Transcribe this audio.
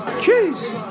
cheese